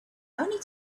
only